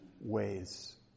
ways